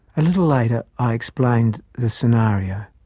a little later, i explained the scenario.